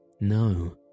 No